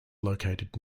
located